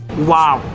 wow.